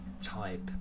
type